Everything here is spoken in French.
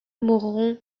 mourront